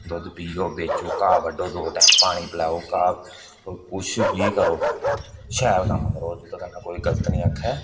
दुद्ध पियो बेचो घाह् बड्डो दो टैम पानी पलाओ घाह् कुछ बी करो शैल कम्म करो जेह्दे कन्नै कोई गल्त नेईं आक्खै